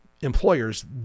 employers